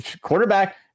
quarterback